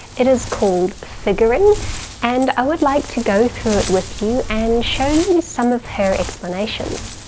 it is called figuring and i would like to go through it with you and show you some of her explanations.